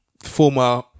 former